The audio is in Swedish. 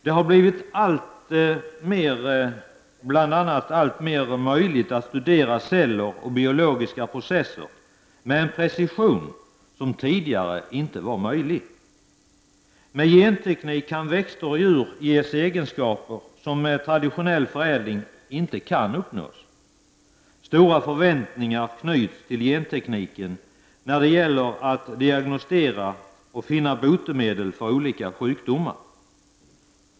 Det har bl.a. blivit möjligt att studera celler och biologiska processer med en helt annan precision än tidigare. Med genteknik kan växter och djur ges egenskaper som med traditionell förädling inte kan uppnås. Stora förväntningar knyts till gentekniken när det gäller att diagnostisera sjukdomar och finna botemedel mot sådana.